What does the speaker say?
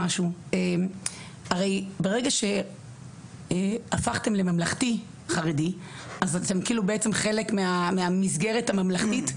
הרי ברגע שהפכתם לממלכתי חרדי אז אתם כאילו בעצם חלק מהמסגרת הממלכתי.